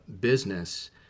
business